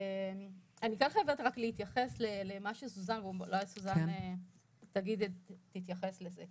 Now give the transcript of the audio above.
אני חייבת להתייחס ואולי סוזן תתייחס לזה.